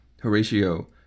Horatio